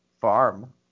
farm